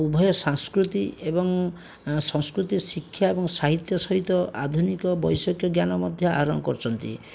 ଉଭୟ ସାଂସ୍କୃତି ଏବଂ ସଂସ୍କୃତି ଶିକ୍ଷା ଏବଂ ସାହିତ୍ୟ ସହିତ ଆଧୁନିକ ବୈଷୟିକ ଜ୍ଞାନ ମଧ୍ୟ ଆହରଣ କରୁଛନ୍ତି